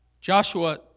Joshua